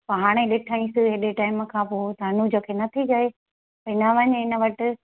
पोइ हाणे ॾिठईंसि एॾे टाइम खां पोइ त अनुज खे न थी चए भई न वञ हिन वटि